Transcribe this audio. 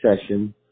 session